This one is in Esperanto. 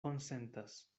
konsentas